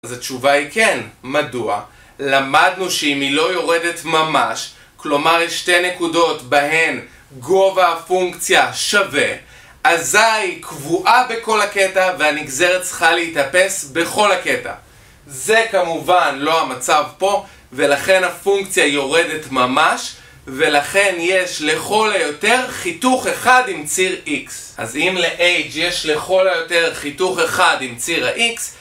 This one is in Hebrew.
אז התשובה היא כן, מדוע? למדנו שאם היא לא יורדת ממש, כלומר יש שתי נקודות בהן גובה הפונקציה שווה, אזי היא קבועה בכל הקטע והנגזרת צריכה להתאפס בכל הקטע. זה כמובן לא המצב פה, ולכן הפונקציה יורדת ממש, ולכן יש לכל היותר חיתוך אחד עם ציר X. אז אם ל-H יש לכל היותר חיתוך אחד עם ציר ה-X,